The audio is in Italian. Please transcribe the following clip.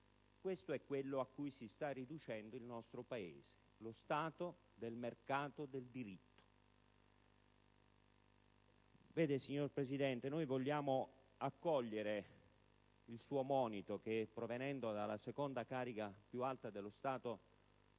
Questo è quello a cui si sta riducendo il nostro Paese: lo Stato del mercato del diritto. Vede, signor Presidente, vogliamo accogliere il suo monito che, provenendo dalla seconda carica dello Stato,